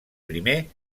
primer